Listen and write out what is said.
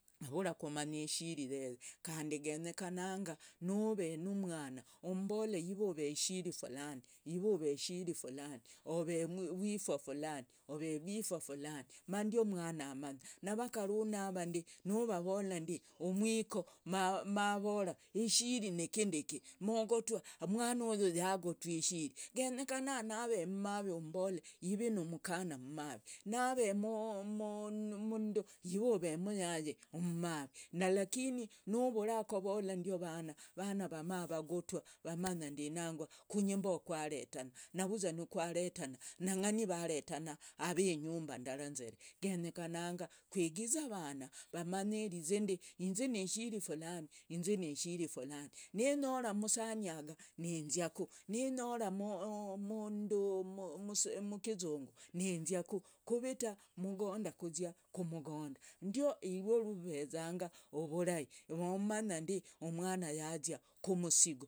kandi genyekananga nuve nu mwana. umbole i've uve shiri fulani. uve vwifa fulani. ma ndio mwana amanye. Na wakarunu ava ndi. nuva vola ndi. mwiko ishiri ni kindiki nu gotwa mwana uyu yagotwa ishiri. Genyekana nave mavi umbolla iwe ni mukana mavi noho i've ni muyai mavi na lakini nu vura kuvola ndio vana. vana vana vagotwa mbo kwaretana. Na vuzwa kwaretana. Na ngani varetana avi nyumba indara. Genyekana kuwegize vana nzi ni ishiri fulani nzi ni ishiri fulani. Ninyora musaniaga ni nziaku. Ninyora mundu mukizungu ninziaku kuvita mugonda kuzia kumugonda. Ndio urwa ruveza vurai. Umanya ndi omwana yazia kumusigo.